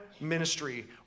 ministry